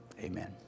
amen